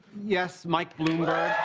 yes, mike bloomberg.